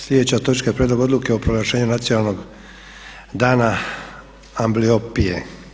Sljedeća točka je: - Prijedlog odluke o proglašenju „Nacionalnog dana Ambliopije“